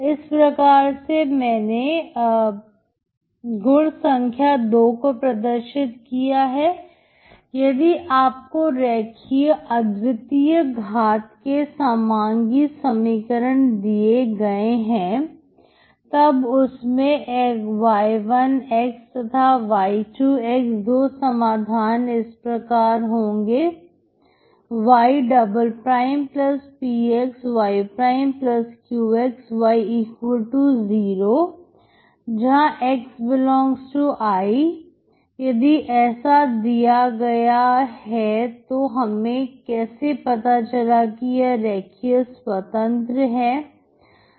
इस प्रकार से मैंने गुण संख्या दो को प्रदर्शित किया है यदि आपको राखी अद्वितीय घाट के समांगी समीकरण दिए गए हैं तब उसमें y1 तथा y2 दो समाधान इस प्रकार होंगे ypxyqxy0 जहां x∈I यदि ऐसा दिया गया है तो हमें कैसे पता चला कि यह रेखीय स्वतंत्र है